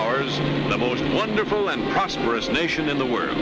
the most wonderful and prosperous nation in the world